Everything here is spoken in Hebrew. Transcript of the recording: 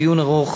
דיון ארוך,